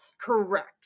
Correct